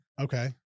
Okay